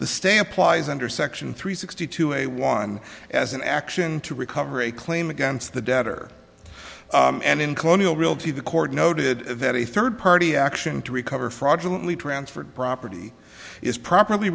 the stay applies under section three sixty two a one as an action to recover a claim against the debtor and in colonial realty the court noted that a third party action to recover fraudulently transferred property is properly